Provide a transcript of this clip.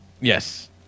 Yes